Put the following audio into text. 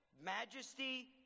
majesty